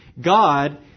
God